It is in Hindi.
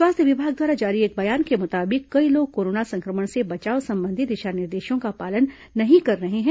स्वास्थ्य विभाग द्वारा जारी एक बयान के मुताबिक कई लोग कोरोना संक्रमण से बचाव संबंधी दिशा निर्देशों का पालन नहीं कर रहे हैं